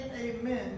amen